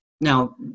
Now